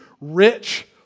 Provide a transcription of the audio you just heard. rich